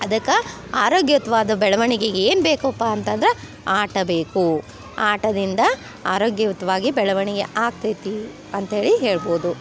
ಅದಕ್ಕೆ ಆರೋಗ್ಯಯುತ್ವಾದ ಬೆಳ್ವಣ್ಗೆಗ್ ಏನು ಬೇಕಪ್ಪ ಅಂತಂದ್ರೆ ಆಟ ಬೇಕು ಆಟದಿಂದ ಆರೋಗ್ಯಯುತವಾಗಿ ಬೆಳವಣಿಗೆ ಆಗ್ತೈತಿ ಅಂತ ಹೇಳಿ ಹೇಳ್ಬೋದು